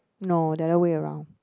no the other way around